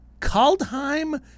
Kaldheim